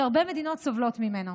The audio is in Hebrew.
שהרבה מדינות סובלות ממנו.